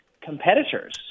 competitors